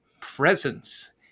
presence